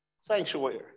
sanctuary